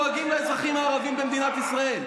דואגים לאזרחים הערבים במדינת ישראל,